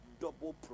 double